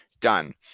done